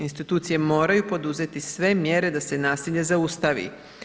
Institucije moraju poduzeti sve mjere da se nasilje zaustavi.